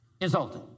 Insulted